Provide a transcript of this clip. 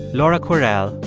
laura kwerel,